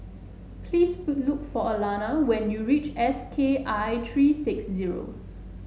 please look for Alanna when you reach S K I three six zero